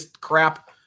crap